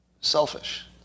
Selfish